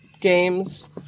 games